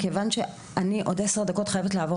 מכיוון שאני חייבת בעוד עשר דקות לעבור